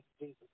Jesus